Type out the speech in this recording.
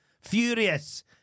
Furious